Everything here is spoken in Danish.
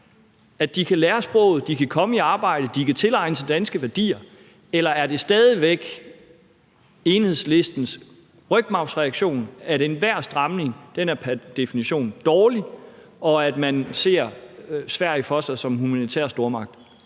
om de kan lære sproget, kan komme i arbejde og kan tilegne sig danske værdier? Eller er det stadig væk Enhedslistens rygmarvsreaktion, at enhver stramning pr. definition er dårlig, og at man ser Sverige for sig som en humanitær stormagt?